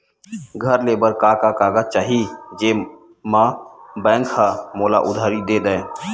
घर ले बर का का कागज चाही जेम मा बैंक हा मोला उधारी दे दय?